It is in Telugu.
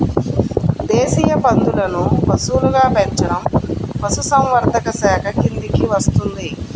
దేశీయ పందులను పశువులుగా పెంచడం పశుసంవర్ధక శాఖ కిందికి వస్తుంది